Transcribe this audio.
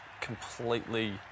completely